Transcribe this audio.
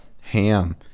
ham